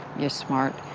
you're smart,